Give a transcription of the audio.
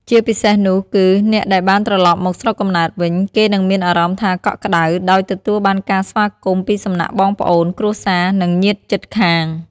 ជាពិសេសនោះគឺ អ្នកដែលបានត្រឡប់មកស្រុកកំណើតវិញ គេនឹងមានអារម្មណ៍ថា កក់ក្ដៅ ដោយទទួលបានការស្វាគមន៍ពីសំណាក់បងប្អូន គ្រួសារ និងញាតិជិតខាង។